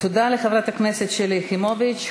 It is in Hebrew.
תודה לחברת הכנסת שלי יחימוביץ.